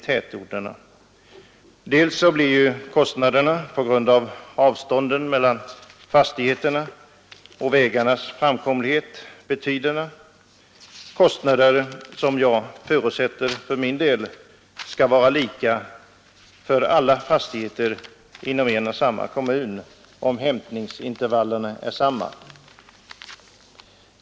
Kostnaderna blir betydande på grund av avstånden mellan fastigheterna och den sämre framkomligheten på vägarna, kostnader som jag förutsätter skall vara lika för alla fastigheter inom en kommun om hämtningsintervallerna är desamma.